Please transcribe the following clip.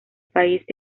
país